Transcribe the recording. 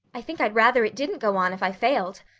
i think i'd rather it didn't go on if i failed!